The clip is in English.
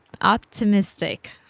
Optimistic